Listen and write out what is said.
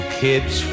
kids